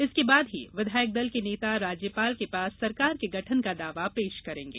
इसके बाद ही विधायक दल के नेता राज्यपाल के पास सरकार के गठन का दावा पेश करेंगे